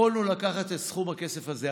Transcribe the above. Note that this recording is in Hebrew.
יכולנו לקחת את סכום הכסף הזה,